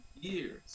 years